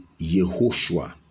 Yehoshua